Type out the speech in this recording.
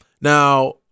now